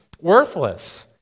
worthless